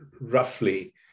Roughly